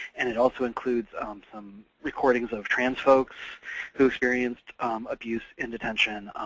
and it also includes some recordings of trans folks who experienced abuse in detention,